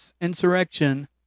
insurrection